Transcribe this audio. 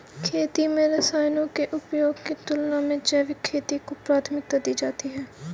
खेती में रसायनों के उपयोग की तुलना में जैविक खेती को प्राथमिकता दी जाती है